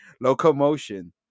Locomotion